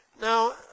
Now